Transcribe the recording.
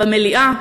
במליאה: